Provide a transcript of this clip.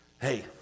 hey